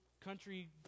country